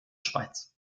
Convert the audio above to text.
schweiz